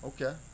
Okay